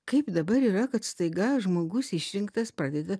kaip dabar yra kad staiga žmogus išrinktas pradeda